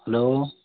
hello